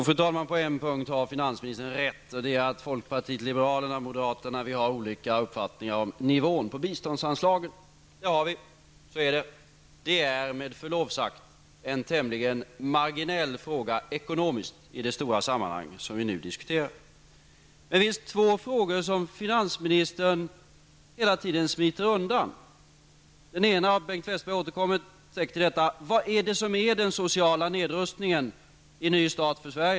Fru talman! På en punkt har finansministern rätt, och det är att folkpartiet liberalerna och moderaterna har olika uppfattningar om nivån på biståndsanslaget. Det är med förlov sagt en tämligen marginell fråga ekonomiskt i det stora sammanhang som vi nu diskuterar. Det finns två frågor som finansministern hela tiden smiter undan. Den ena är -- och Bengt Westerberg återkommer säkert till den: Vad är det som är den sociala nedrustningen i En ny start för Sverige?